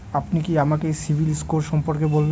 আপনি কি আমাকে সিবিল স্কোর সম্পর্কে বলবেন?